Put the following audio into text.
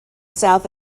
south